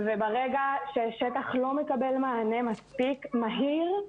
ברגע שהשטח לא מקבל מענה מספיק מהיר,